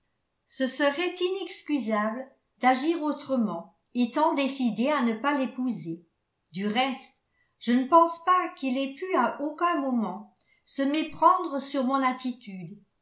ce serait inexcusable d'agir autrement étant décidée à ne pas l'épouser du reste je ne pense pas qu'il ait pu à aucun moment se méprendre sur mon attitude